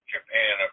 Japan